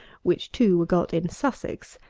which two were got in sussex,